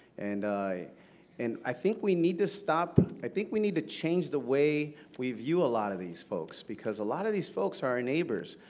and i and i think we need to stop i think we need to change the way we view a lot of these folks, because a lot of these folks are our neighbors.